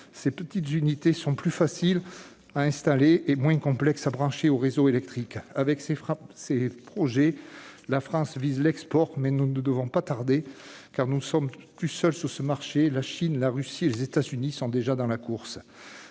Ces petites unités sont plus faciles à installer et moins complexes à brancher aux réseaux électriques. Avec ces projets, la France vise l'export, mais nous ne devons pas tarder, car nous ne sommes pas seuls sur ce nouveau marché : la Chine, la Russie et les États-Unis sont déjà dans la course.